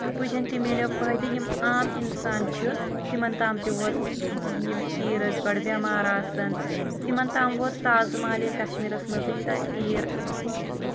تہٕ پٕجن تہِ مِلیو فٲیِدٕ یم عام انسان چھِ تمن تام تہِ ووت یم تیٖر ٲسۍ گۄڈٕ بٮ۪مار آسان تمن تام ووت تازٕ مال ییٚلہِ کشمیٖرس منٛزٕے تیٖر